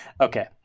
Okay